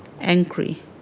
angry